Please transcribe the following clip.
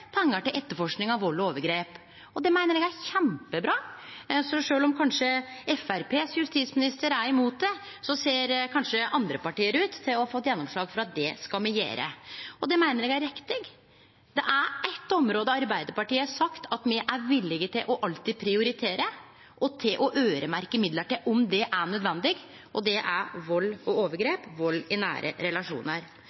pengar til etterforsking av vald og overgrep, og det meiner eg er kjempebra. Så sjølv om Framstegspartiets justisminister er imot det, ser kanskje andre parti ut til å ha fått gjennomslag for det. Og det meiner eg er riktig. Det er eitt område Arbeidarpartiet har sagt at me er villige til alltid å prioritere og til å øyremerkje midlar til – om det er nødvendig – og det er vald og